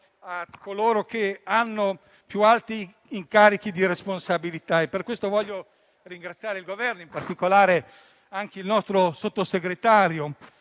a coloro che hanno i più alti incarichi di responsabilità. Per questo voglio ringraziare il Governo e in particolare il nostro sottosegretario